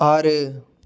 ஆறு